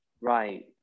Right